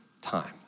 time